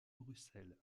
bruxelles